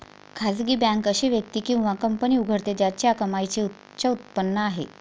खासगी बँक अशी व्यक्ती किंवा कंपनी उघडते ज्याची कमाईची उच्च उत्पन्न आहे